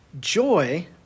Joy